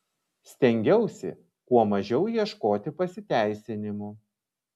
stengiausi kuo mažiau ieškoti pasiteisinimų